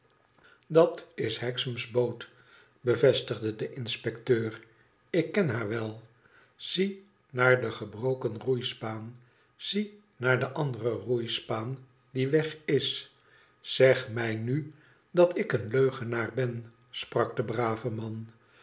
dat is hexam's boot bevestigde de inspecteur ik ken haar wel zie naar de gebroken roeispaan zie naar de andere roeispaan die weg is zeg mij nu dat ik een leugenaar ben sprak de brave man